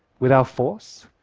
without force,